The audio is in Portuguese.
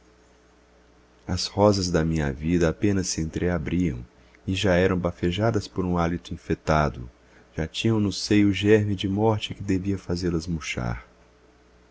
as rosas da minha vida apenas se entreabriam e já eram bafejadas por um hálito infetado já tinham no seio o germe de morte que devia fazê-las murchar